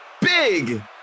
big